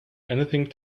anything